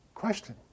Question